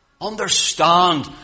Understand